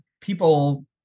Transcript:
people